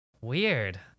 Weird